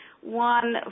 One